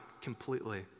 completely